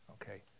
Okay